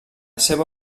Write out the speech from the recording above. seva